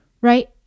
right